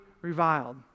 reviled